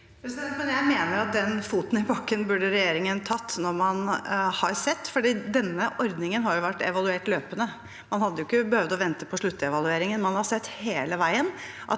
likevel at den foten i bakken burde regjeringen ha tatt når man har sett dette, for denne ordningen har jo vært evaluert løpende. Man hadde ikke behøvd å vente på sluttevalueringen.